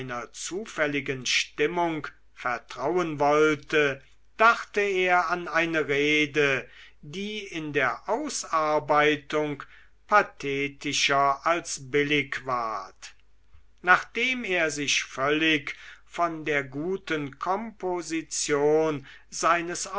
zufälligen stimmung vertrauen wollte dachte er an eine rede die in der ausarbeitung pathetischer als billig ward nachdem er sich völlig von der guten komposition seines